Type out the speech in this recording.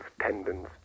tendons